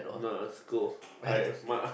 no school I asthma